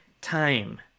time